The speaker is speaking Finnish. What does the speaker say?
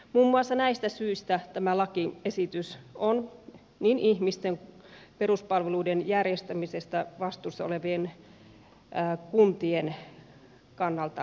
muun muassa näistä syistä tämä lakiesitys on niin ihmisten kuin peruspalveluiden järjestämisestä vastuussa olevien kuntien kannalta kohtuuton